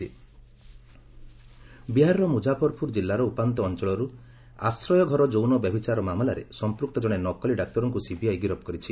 CBI Muzaffarpur ବିହାରର ମୁଜାଫରପୁର ଜିଲ୍ଲାର ଉପାନ୍ତ ଅଞ୍ଚଳରୁ ଆଶ୍ରୟ ଘର ଯୌନ ବ୍ୟଭିଚାର ମାମଲାରେ ସଂପୃକ୍ତ ଜଣେ ନକଲି ଡାକ୍ତରଙ୍କୁ ସିବିଆଇ ଗିରଫ କରିଛି